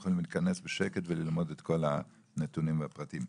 הם יכולים להיכנס בשקט וללמוד את כל הנתונים והפרטים.